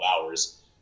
hours